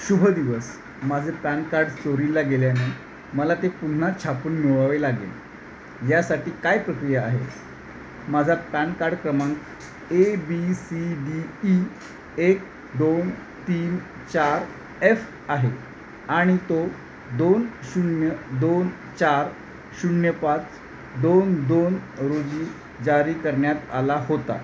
शुभ दिवस माझे पॅन कार्ड चोरीला गेल्याने मला ते पुन्हा छापून मिळवावे लागेल यासाठी काय प्रक्रिया आहे माझा पॅन कार्ड क्रमांक A B C D E एक दोन तीन चार एफ आहे आणि तो दोन शून्य दोन चार शून्य पाच दोन दोन रोजी जारी करण्यात आला होता